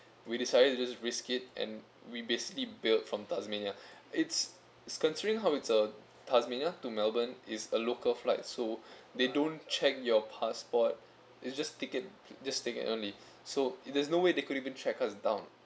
we decided to just risk it and we basically bailed from tasmania it's it's considering how it's uh tasmania to melbourne is a local flight so they don't check your passport is just ticket just ticket only so there's no way they could even track us down